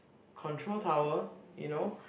control tower you know